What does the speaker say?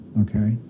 okay